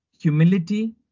humility